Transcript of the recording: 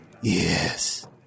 Yes